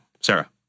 Sarah